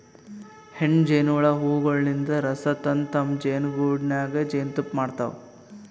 ಹೆಣ್ಣ್ ಜೇನಹುಳ ಹೂವಗೊಳಿನ್ದ್ ರಸ ತಂದ್ ತಮ್ಮ್ ಜೇನಿಗೂಡಿನಾಗ್ ಜೇನ್ತುಪ್ಪಾ ಮಾಡ್ತಾವ್